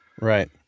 Right